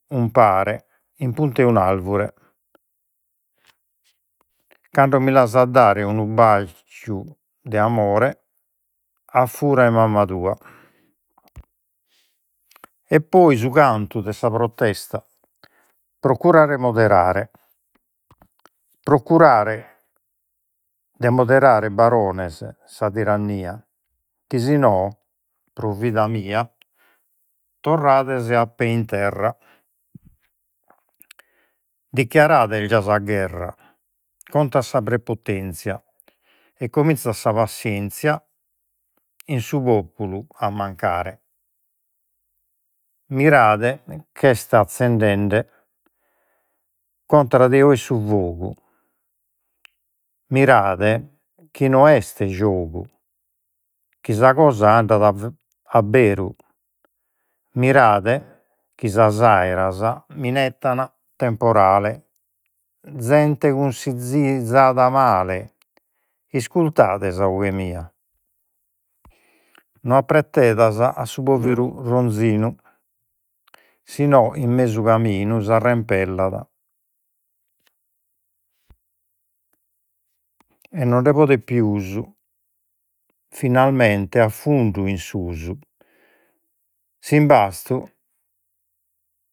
Umpare in punt'e un arbure, cando mi l'as a dare, unu de amore a fura 'e mamma tua. E poi su cantu de sa protesta, procurade de moderare, de moderare, Barones, sa tirannia, chi si no, pro vida mia, torrades a pe' in terra. Dichiarada est già sa gherra contra de sa prepotenzia, e cominzat sa pascenscia in su populu mancare. Mirade ch'est azzendende contra de ois su fogu. Mirade chi non est giogu, chi sa cosa andat abberu. Mirade chi sas aeras minettana temporale. Zente cunsizzada male, iscurtade sa 'oghe mia. No apprettedas a su poveru ronzinu, si no in mesu caminu s'arrempellat. E non 'nde podet pius finalmente a fundu in susu s'imbastu